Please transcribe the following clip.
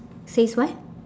says what